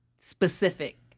specific